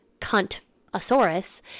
cunt-asaurus